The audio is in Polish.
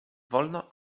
wolno